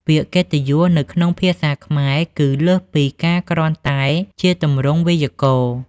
ពាក្យកិត្តិយសនៅក្នុងភាសាខ្មែរគឺលើសពីការគ្រាន់តែជាទម្រង់វេយ្យាករណ៍។